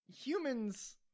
humans